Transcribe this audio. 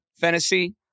fantasy